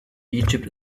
egypt